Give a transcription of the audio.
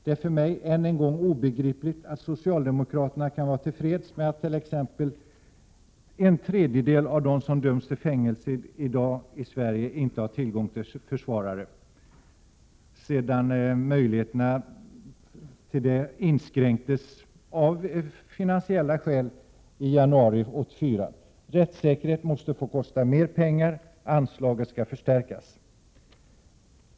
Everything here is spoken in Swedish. Det är för mig än en gång obegripligt att socialdemokraterna kan vara till freds med t.ex. att en tredjedel av dem som i dag döms till fängelse i Sverige inte har tillgång till försvarare, sedan möjligheten till detta inskränktes av statsfinansiella skäl i januari 1984. Rättssäkerhet måste få kosta mer pengar — anslaget skall förstärkas.